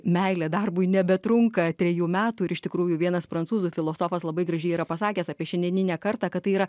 meilė darbui nebetrunka trejų metų ir iš tikrųjų vienas prancūzų filosofas labai gražiai yra pasakęs apie šiandieninę kartą kad tai yra